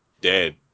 dead